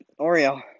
Oreo